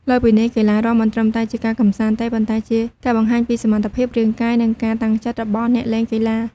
លើសពីនេះ កីឡារាំមិនត្រឹមតែជាការកម្សាន្តទេ ប៉ុន្តែជាការបង្ហាញពីសមត្ថភាពរាងកាយ និងការតាំងចិត្តរបស់អ្នកលេងកីឡា។